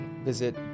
visit